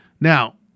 Now